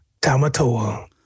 Tamatoa